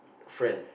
friend